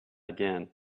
again